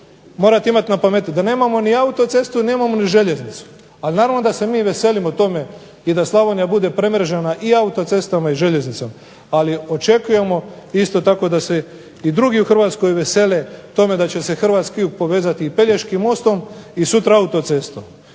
morate imati na pameti da nemamo ni autocestu, nemamo ni željeznicu. Ali, naravno da se mi veselimo tome i da Slavonija bude premrežena i autocestama i željeznicom, ali očekujemo isto tako da se i drugi u Hrvatskoj vesele tome da će se hrvatski jug povezati i Pelješkim mostom i sutra autocestom.